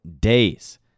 days